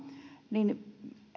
niin